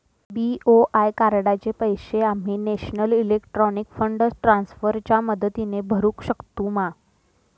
BOI कार्डाचे पैसे आम्ही नेशनल इलेक्ट्रॉनिक फंड ट्रान्स्फर च्या मदतीने भरुक शकतू मा?